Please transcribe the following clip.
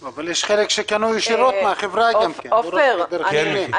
אבל יש חלק שקנו ישירות מהחברה, לא דרך סוכנים.